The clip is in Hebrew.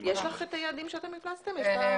יש לך את היעדים שאתם המלצתם עליהם?